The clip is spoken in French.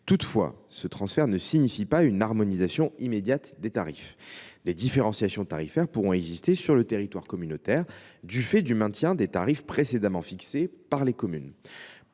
Toutefois, ce transfert ne signifie pas une harmonisation immédiate des tarifs. Les différenciations tarifaires pourront exister sur le territoire communautaire du fait du maintien des tarifs précédemment fixés par les communes.